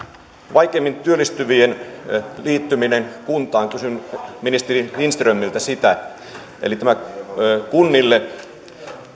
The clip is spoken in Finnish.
vaikeimmin työllistyvien liittyminen kuntaan kysyn ministeri lindströmiltä sitä eli kunnille